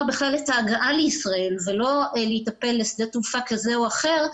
בכלל את ההגעה לישראל ולא להיטפל לשדה תעופה כזה או אחר,